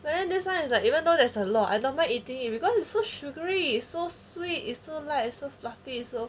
but then this [one] is like even though there's a lot I don't mind eating it because it's so sugary so sweet so light so fluffy